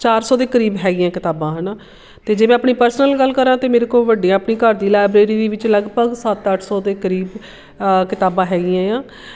ਚਾਰ ਸੌ ਦੇ ਕਰੀਬ ਹੈਗੀਆਂ ਕਿਤਾਬਾਂ ਹੈ ਨਾ ਅਤੇ ਜੇ ਮੈਂ ਆਪਣੀ ਪਰਸਨਲ ਗੱਲ ਕਰਾਂ ਅਤੇ ਮੇਰੇ ਕੋਲ ਵੱਡੀ ਆਪਣੀ ਘਰ ਦੀ ਲਾਇਬਰੇਰੀ ਵਿੱਚ ਲਗਭਗ ਸੱਤ ਅੱਠ ਸੌ ਦੇ ਕਰੀਬ ਕਿਤਾਬਾਂ ਹੈਗੀਆਂ ਆ